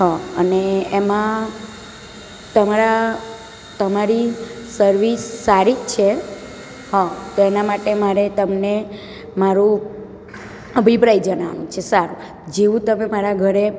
હં અને એમાં તમારા તમારી સર્વિસ સારી જ છે હં તો એના માટે મારે તમને મારો અભિપ્રાય જણાવવાનો છે સારું જેવું તમે મારા ઘરે